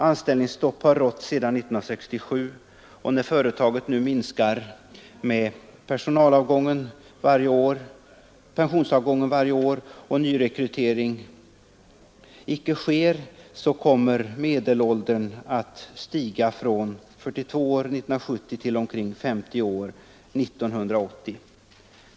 Anställningsstopp har rått sedan 1967, och när företaget nu minskar med pensionsavgången varje år och nyrekrytering icke sker så kommer medelåldern att stiga från 42 år 1970 till omkring 50 år 1980.